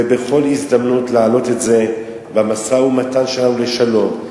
ובכל הזדמנות להעלות את זה במשא-ומתן שלנו לשלום.